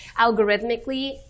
algorithmically